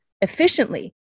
efficiently